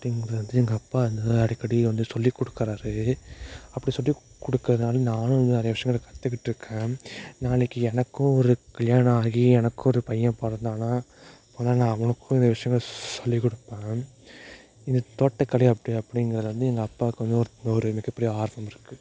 அப்படிங்கிறது எங்கள் அப்பா வந்து அடிக்கடி வந்து சொல்லிக் கொடுக்கறாரு அப்படி சொல்லிக் கொடுக்கறதுனால நானும் இன்னும் நிறைய விஷயங்களை கற்றுக்கிட்டுருக்கேன் நாளைக்கு எனக்கும் ஒரு கல்யாணம் ஆகி எனக்கு ஒரு பையன் பிறந்தான்னா பிறந்தா நான் அவனுக்கும் இந்த விஷயங்களை சொல்லிக் கொடுப்பேன் இந்த தோட்டக்கலை அப்படி அப்படிங்கிறதுல வந்து எங்கள் அப்பாவுக்கு வந்து ஒரு ஒரு மிகப்பெரிய ஆர்வம் இருக்குது